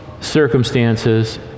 circumstances